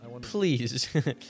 Please